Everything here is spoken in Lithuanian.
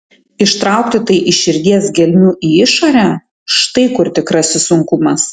ištraukti tai iš širdies gelmių į išorę štai kur tikrasis sunkumas